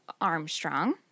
Armstrong